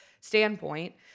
standpoint